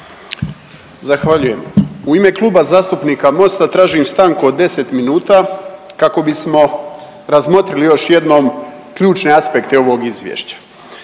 Zahvaljujem. U ime Kluba zastupnika Mosta tražim stanku od 10 minuta kako bismo razmotrili još jednom ključne aspekte ovog Izvješća.